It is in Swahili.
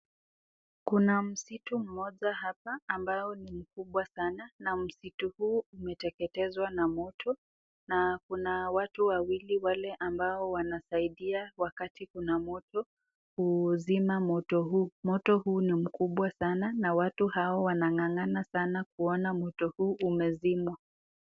Kuna msitu moja hapa ambao ni mkubwa sana, na msitu huu umeteketezwa na moto na kuna watu wawili ambao wanasaidia wakati kuna moto kuzima moto huu. Moto huu ni mkubwa sanaa na watu hao wanang'ang'ana sana kuona moto huu umezimwa.